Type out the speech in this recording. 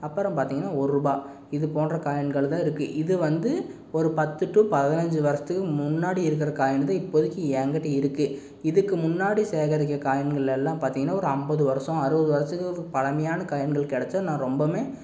அப்புறம் பார்த்தீங்கனா ஒருருபா இது போன்ற காயின்கள் தான் இருக்குது இது வந்து ஒரு பத்து டூ பதினைஞ்சு வருஷத்துக்கு முன்னாடி இருக்கிற காயின் வந்து இப்போதைக்கு என்கிட்ட இருக்குது இதுக்கு முன்னாடி சேகரித்த காயின்கள் எல்லாம் பார்த்திங்கனா ஒரு ஐம்பது வருஷம் அறுபது வருஷத்துக்கு பழமையான காயின்கள் கிடைச்சா நான் ரொம்பவுமே